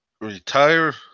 retire